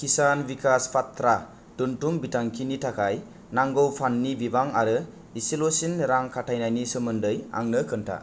किसान विकास पाट्रा दोन्थुम बिथांखिनि थाखाय नांगौ फाण्डनि बिबां आरो इसेल'सिन रां खाथायनायनि सोमोन्दै आंनो खोन्था